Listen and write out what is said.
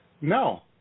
No